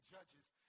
Judges